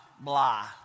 blah